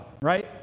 right